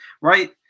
right